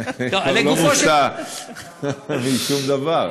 לא מופתע משום דבר.